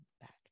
Back